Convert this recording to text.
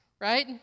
right